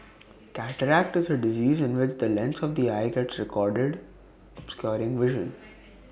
cataract is A disease in which the lens of the eye gets re clouded obscuring vision